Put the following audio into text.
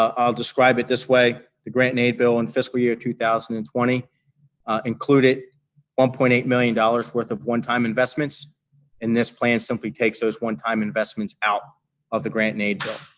ah i'll describe it this way, the grant-and-aid bill in fiscal year two thousand and twenty included one point eight million dollars worth of one time investments and this plan simply takes those one time investments out of the grant-and-aid bill.